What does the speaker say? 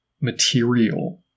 material